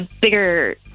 bigger